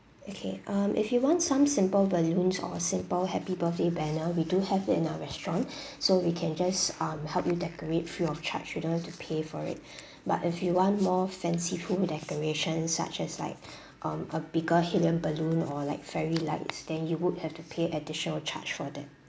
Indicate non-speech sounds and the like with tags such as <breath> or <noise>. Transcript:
okay um if you want some simple balloons or simple happy birthday banner we do have it in our restaurant <breath> so we can just um help you decorate free of charge you don't have to pay for it <breath> but if you want more fanciful decoration such as like um a bigger helium balloon or like fairy lights then you would have to pay additional charge for that